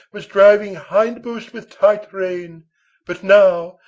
was driving hindmost with tight rein but now,